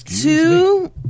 two